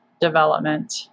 Development